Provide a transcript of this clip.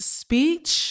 speech